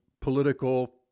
political